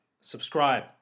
Subscribe